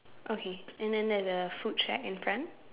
okay and then there a food track in front